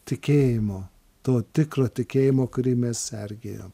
tikėjimo to tikro tikėjimo kurį mes sergėjom